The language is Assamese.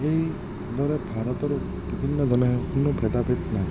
এইদৰে ভাৰতৰ বিভিন্ন জন কোনো ভেদাভেদ নাই